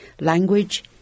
language